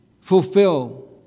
fulfill